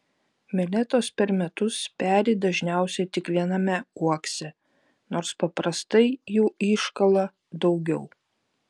meletos per metus peri dažniausiai tik viename uokse nors paprastai jų iškala daugiau